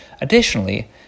Additionally